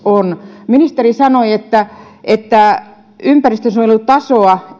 on ministeri sanoi että että ympäristönsuojelun tasoa